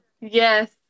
Yes